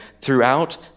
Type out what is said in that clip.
throughout